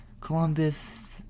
columbus